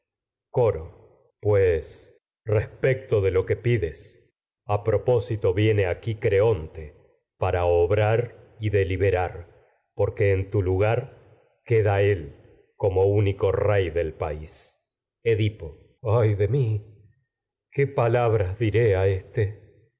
coro viene pues respecto para de lo que pides a propósito porque en aquí creonte obrar y deliberar tu lugar queda él edipo como único rey del país ay de mi qué palabras diré a éste